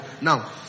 Now